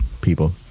People